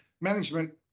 management